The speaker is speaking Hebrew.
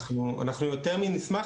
אנחנו יותר מנשמח.